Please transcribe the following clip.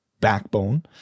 Backbone